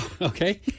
Okay